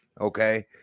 okay